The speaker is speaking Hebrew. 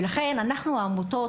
ולכן אנחנו בעמותות,